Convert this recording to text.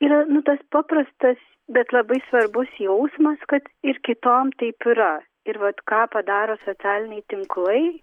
yra tas paprastas bet labai svarbus jausmas kad ir kitom taip yra ir vat ką padaro socialiniai tinklai